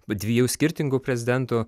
dviejų skirtingų prezidentų